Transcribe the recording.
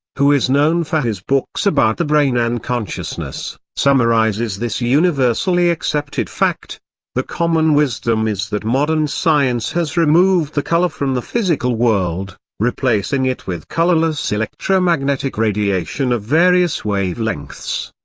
who is known for his books about the brain and consciousness, summarizes this universally accepted fact the common wisdom is that modern science has removed the color from the physical world, replacing it with colorless electromagnetic radiation of various wavelengths.